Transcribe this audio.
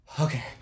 Okay